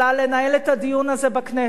לנהל את הדיון הזה בכנסת.